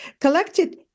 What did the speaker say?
collected